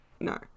No